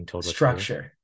structure